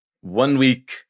one-week